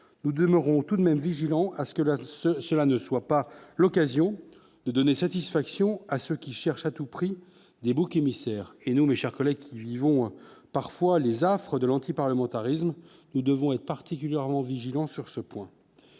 nous demeurons tout de même vigilants à ce que la cela ne soit pas l'occasion de donner satisfaction à ceux qui cherchent à tout prix des boucs émissaires et nous, mes chers collègues, qui vivons parfois les affres de l'antiparlementarisme, nous devons être particulièrement vigilants sur ce point.